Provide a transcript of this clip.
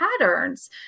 patterns